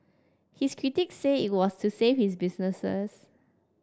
his critic say it was to save his businesses